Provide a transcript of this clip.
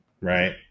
right